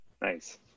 Nice